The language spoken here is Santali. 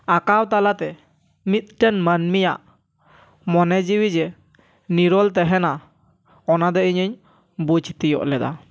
ᱟᱸᱠᱟᱣ ᱛᱟᱞᱟᱛᱮ ᱢᱤᱫᱴᱟᱝ ᱢᱟᱹᱱᱢᱤᱭᱟᱜ ᱢᱚᱱᱮ ᱡᱤᱭᱤ ᱡᱮ ᱱᱤᱨᱚᱞ ᱛᱟᱦᱮᱱᱟ ᱚᱱᱟ ᱫᱚ ᱤᱧᱤᱧ ᱵᱩᱡᱽ ᱛᱤᱭᱚᱜ ᱞᱮᱫᱟ